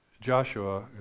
Joshua